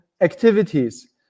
activities